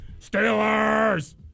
Steelers